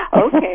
Okay